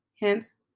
hence